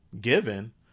given